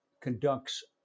conducts